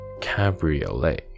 Cabriolet